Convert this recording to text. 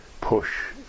push